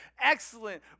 excellent